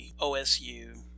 OSU